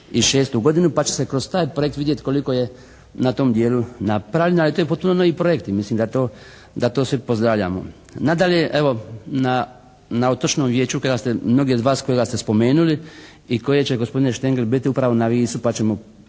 za 2006. godinu pa će se kroz taj projekt vidjeti koliko je na tom dijelu napravljeno. Ali to je … /Govornik se ne razumije./ … projekt i mislim da to sve pozdravljamo. Nadalje evo na Otočnom vijeću kada ste mnogi od vas kojega ste spomenuli i koje će gospodine Štengl biti upravo na Visu pa ćemo